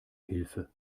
hilfe